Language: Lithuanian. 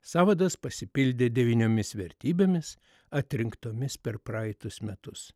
sąvadas pasipildė devyniomis vertybėmis atrinktomis per praeitus metus